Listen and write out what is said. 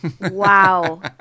Wow